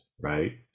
right